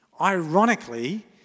Ironically